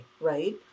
right